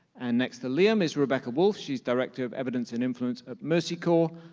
and next to liam is rebecca wolfe. she's director of evidence and influence at mercy corps,